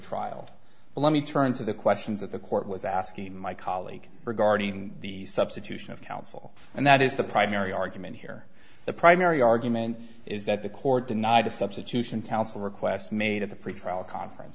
trial let me turn to the questions that the court was asking my colleague regarding the substitution of counsel and that is the primary argument here the primary argument is that the court denied a substitution counsel request made at the pretrial conference